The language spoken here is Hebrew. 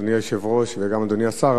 אדוני היושב-ראש, וגם לאדוני השר.